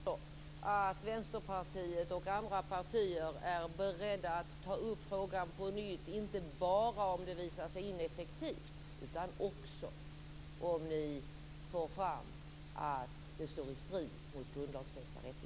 Fru talman! Naturligtvis är vi beredda att göra det. Samtidigt hoppas jag att Moderaterna är beredda att ta upp denna fråga om det skulle visa sig att detta är ett utmärkt verktyg för polisen att göra ett gott arbete.